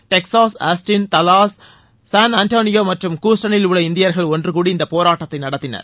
Texas Austin Dallas San Antonio மற்றும் கூஸ்டனில் உள்ள இந்தியர்கள் ஒன்று கூடி இந்த போராட்டத்தை நடத்தினர்